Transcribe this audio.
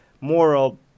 moral